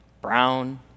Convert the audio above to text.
Brown